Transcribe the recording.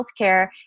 healthcare